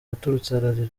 yaturitse